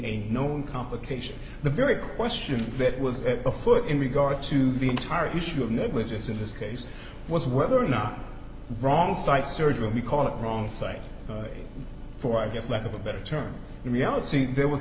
a known complication the very question that was afoot in regards to the entire issue of negligence in this case was whether or not wrong site surgery and we call it wrong site for i guess lack of a better term reality there w